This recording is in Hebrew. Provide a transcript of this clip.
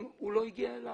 אם הוא לא הגיע אליו.